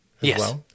Yes